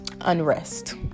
unrest